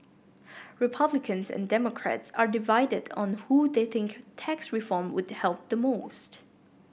republicans and Democrats are divided on who they think tax reform would help the most